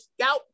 scout